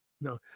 No